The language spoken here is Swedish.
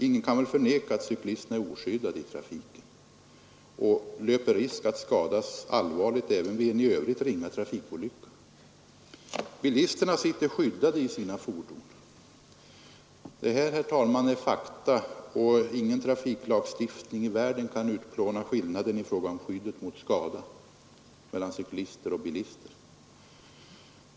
Ingen kan väl förneka att cyklisterna är oskyddade i trafiken och löper risk att skadas allvarligt även vid en i övrigt ringa trafikolycka. Bilisterna sitter skyddade i sina fordon. Detta, herr talman, är fakta, och ingen trafiklagstiftning i världen kan utplåna skillnaden mellan cyklister och bilister i fråga om skyddet mot skador.